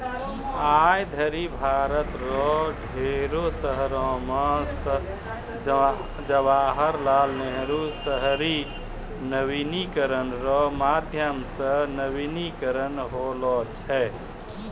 आय धरि भारत रो ढेरी शहरो मे जवाहर लाल नेहरू शहरी नवीनीकरण रो माध्यम से नवीनीकरण होलौ छै